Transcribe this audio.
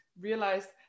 realized